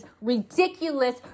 ridiculous